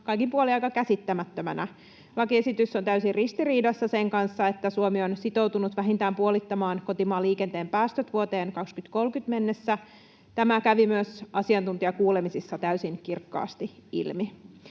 kaikin puolin aika käsittämättömänä. Lakiesitys on täysin ristiriidassa sen kanssa, että Suomi on sitoutunut vähintään puolittamaan kotimaan liikenteen päästöt vuoteen 2030 mennessä. Tämä kävi myös asiantuntijakuulemisissa täysin kirkkaasti ilmi.